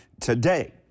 Today